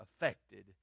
affected